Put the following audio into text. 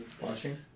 Watching